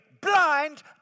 blind